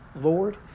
Lord